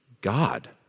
God